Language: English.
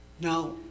Now